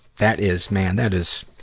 that is, man, that is,